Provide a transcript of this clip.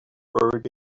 buried